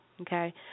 okay